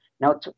Now